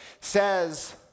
says